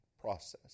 process